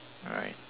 alright